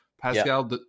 Pascal